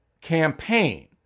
campaign